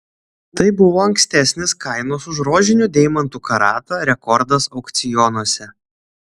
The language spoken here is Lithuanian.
tai buvo ankstesnis kainos už rožinių deimantų karatą rekordas aukcionuose